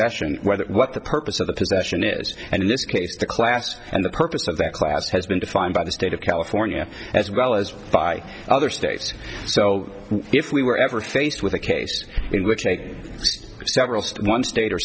possession whether what the purpose of the possession is and in this case the class and the purpose of that class has been defined by the state of california as well as by other states so if we were ever faced with a case in which i make several one state or